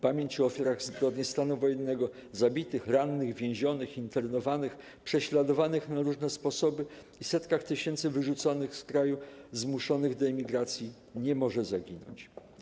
Pamięć o ofiarach zbrodni stanu wojennego - zabitych, rannych, więzionych, internowanych, prześladowanych na różne sposoby i setkach tysięcy wyrzuconych z kraju, zmuszonych do emigracji - nie może zaginąć.